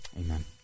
Amen